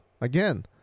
Again